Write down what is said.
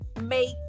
make